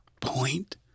point